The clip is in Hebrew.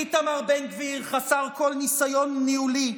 איתמר בן גביר חסר כל ניסיון ניהולי.